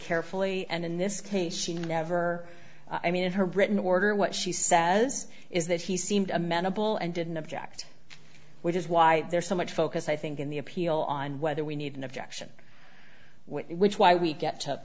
carefully and in this case she never i mean in her written order what she says is that he seemed amenable and didn't object which is why there's so much focus i think in the appeal on whether we need an objection which why we